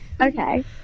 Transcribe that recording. okay